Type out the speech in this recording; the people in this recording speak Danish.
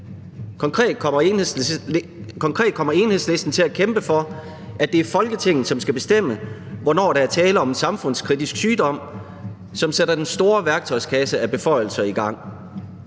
Konkret kommer Enhedslisten til at kæmpe for, at det er Folketinget, der skal bestemme, hvornår der er tale om en samfundskritisk sygdom, som åbner for den store værktøjskasse af beføjelser.